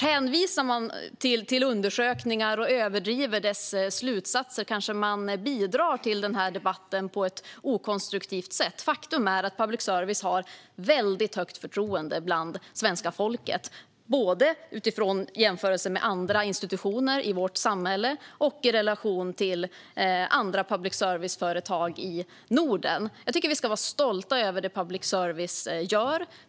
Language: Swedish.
Hänvisar man till undersökningar och överdriver deras slutsatser kanske man bidrar till debatten på ett okonstruktivt sätt. Faktum är att public service åtnjuter högt förtroende hos svenska folket både jämfört med andra institutioner i vårt samhälle och i relation till andra public service-företag i Norden. Jag tycker att vi ska vara stolta över det public service gör.